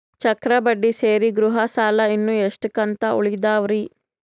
ಚಕ್ರ ಬಡ್ಡಿ ಸೇರಿ ಗೃಹ ಸಾಲ ಇನ್ನು ಎಷ್ಟ ಕಂತ ಉಳಿದಾವರಿ?